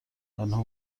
آنها